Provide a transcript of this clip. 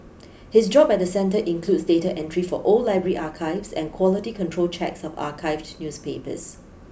his job at the centre includes data entry for old library archives and quality control checks of archived newspapers